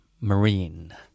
marine